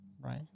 Right